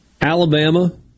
Alabama